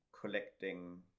collecting